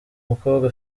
mukobwa